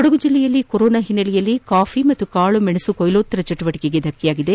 ಕೊಡಗು ಜಿಲ್ಲೆಯಲ್ಲಿ ಕೊರೊನಾ ಹಿನ್ನೆಲೆಯಲ್ಲಿ ಕಾಫಿ ಮತ್ತು ಕಾಳುಮೆಣಸು ಕೊಯ್ಲೋತ್ತರ ಚಟುವಟಕೆಗೆ ಧಕ್ಕೆಯಾಗಿದೆ